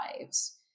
lives